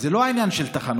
זה לא העניין של תחנות.